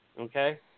Okay